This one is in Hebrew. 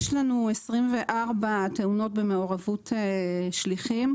יש לנו 24 תאונות במעורבות שליחים.